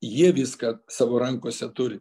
jie viską savo rankose turi